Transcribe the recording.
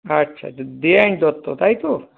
আচ্ছা আচ্ছা দে অ্যান্ড দত্ত তাই তো